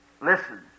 Listen